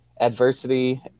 adversity